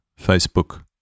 Facebook